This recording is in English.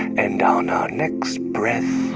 and on our next breath,